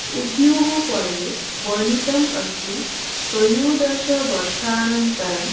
उद्योगपर्वे वर्णितम् अस्ति त्रयोदशवर्षानन्तरं